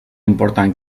important